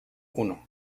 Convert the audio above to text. uno